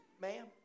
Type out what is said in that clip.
ma'am